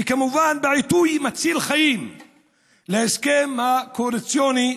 וכמובן בעיתוי מציל חיים להסכם הקואליציוני,